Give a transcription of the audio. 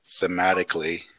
thematically